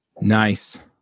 Nice